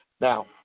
Now